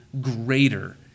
greater